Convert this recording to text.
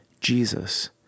Jesus